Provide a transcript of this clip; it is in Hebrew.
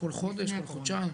כל חודש, כל חודשיים?